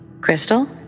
Crystal